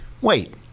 wait